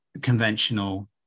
conventional